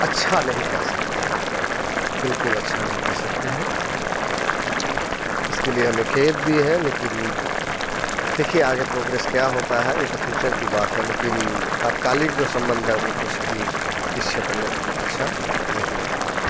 अच्छा नहीं कह सकते हैं बिल्कुल अच्छा नहीं कह सकते हैं इसके लिए हमें खेद भी है लेकिन देखिये आगे प्रोग्रेस क्या होता है ये तो फ्यूचर की बात है लेकिन तात्कालिक जो संबंध है वो कुछ भी इस क्षेत्र में उतना अच्छा नहीं है